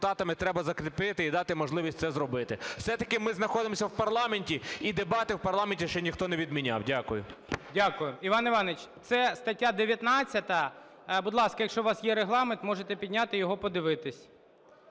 треба закріпити і дати можливість це зробити. Все-таки ми знаходимося в парламенті і дебати в парламенті ще ніхто не відміняв. Дякую. ГОЛОВУЮЧИЙ. Дякую. Іван Іванович, це стаття 19. Будь ласка, якщо у вас є Регламент, можете підняти його, подивитись.